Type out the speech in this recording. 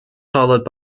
followed